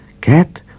Cat